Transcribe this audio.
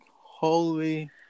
holy